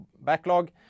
backlog